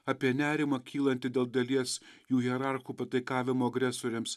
apie nerimą kylantį dėl dalies jų hierarchų pataikavimo agresoriams